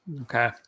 Okay